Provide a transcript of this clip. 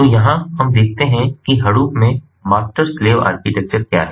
तो यहाँ हम देखते हैं कि हडूप में मास्टर स्लेव आर्किटेक्चर क्या है